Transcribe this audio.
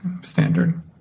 standard